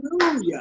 Hallelujah